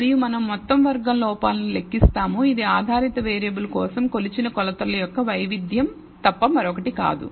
మరియు మనం మొత్తం వర్గం లోపాలను లెక్కిస్తాము ఇది ఆధారిత వేరియబుల్ కోసం కొలిచిన కొలతల యొక్క వైవిధ్యం తప్ప మరొకటి కాదు